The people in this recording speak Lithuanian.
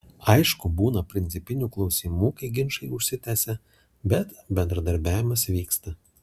aišku būna principinių klausimų kai ginčai užsitęsia bet bendradarbiavimas vyksta